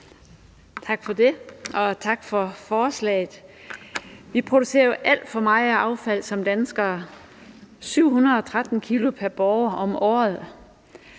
Tak for det. Og tak for forslaget. Vi producerer jo alt for meget affald som danskere – 713 kg pr. borger om året.